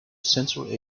central